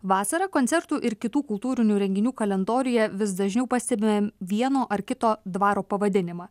vasarą koncertų ir kitų kultūrinių renginių kalendoriuje vis dažniau pastebi vieno ar kito dvaro pavadinimą